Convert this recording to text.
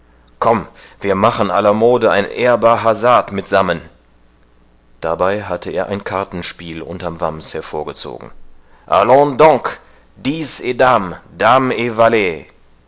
komm machen wir alamode ein ehrbar hazard mitsammen dabei hatte er ein kartenspiel unterm wams hervorgezogen allons donc